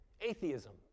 atheism